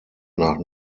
nach